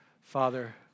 Father